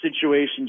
situations